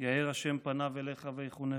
יאר ה' פניו אליך ויחֻנך.